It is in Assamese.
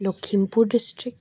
লখিমপুৰ ডিষ্ট্ৰিকট